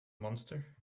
monster